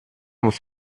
muss